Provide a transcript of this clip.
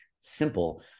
simple